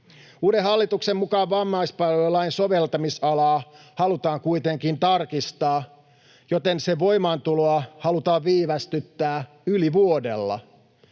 Uuden hallituksen mukaan vammaispalvelulain soveltamisalaa halutaan kuitenkin tarkistaa, joten sen voimaantuloa halutaan viivästyttää yli vuodella.